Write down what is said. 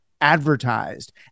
advertised